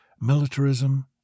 militarism